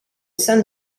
sein